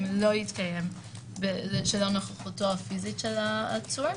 לא יתקיים שלא בנוכחות הפיזית של העצור,